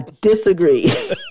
disagree